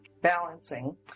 balancing